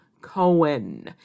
Cohen